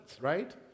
right